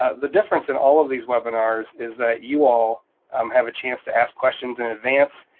ah the difference in all of these webinars is that you all um have a chance to ask questions in advance,